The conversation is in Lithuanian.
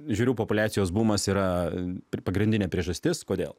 žiūriu populiacijos bumas yra pagrindinė priežastis kodėl